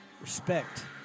Respect